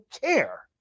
care